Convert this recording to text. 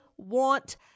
want